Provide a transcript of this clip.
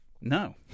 No